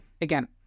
Again